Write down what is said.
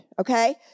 okay